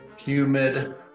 humid